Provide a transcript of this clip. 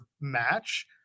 match